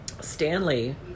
Stanley